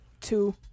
two